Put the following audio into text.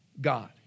God